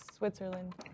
Switzerland